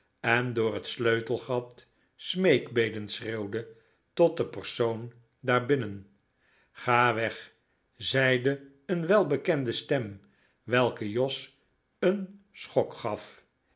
en door het sleutelgat smeekbeden schreeuwde tot de persoon daarbinnen ga weg zeide een welbekende stem welke jos een schok gaf